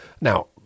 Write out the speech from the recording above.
Now